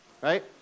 Right